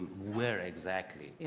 where exactly.